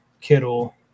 Kittle